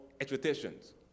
expectations